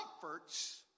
comforts